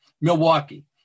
milwaukee